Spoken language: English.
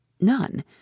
None